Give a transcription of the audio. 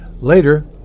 Later